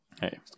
Hey